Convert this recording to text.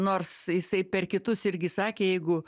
nors jisai per kitus irgi sakė jeigu